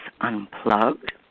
Unplugged